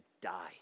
die